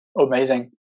amazing